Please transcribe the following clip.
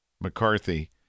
McCarthy